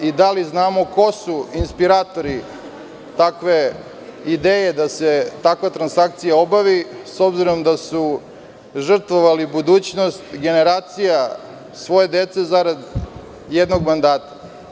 Da li znamo ko su inspiratori takve ideje da se takva transakcija obavi, s obzirom da su žrtvovali budućnost generacija svoje dece zarad jednog mandata?